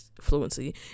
fluency